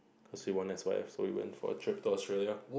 cause we won S_Y_F so we went for a trip to Australia